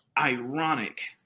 ironic